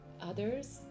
Others